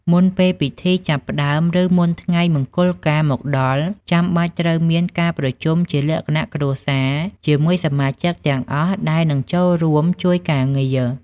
មុនពេលពិធីចាប់ផ្ដើម ឬមុនថ្ងៃមង្គលការមកដល់ ចាំបាច់ត្រូវមាន ការប្រជុំជាលក្ខណៈគ្រួសារ ជាមួយសមាជិកទាំងអស់ដែលនឹងចូលរួមជួយការងារ។